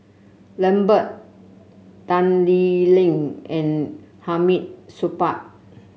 Lambert Tan Lee Leng and Hamid Supaat